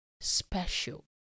special